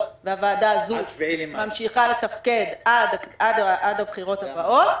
והוועדה הזו ממשיכה לתפקד עד הבחירות הבאות,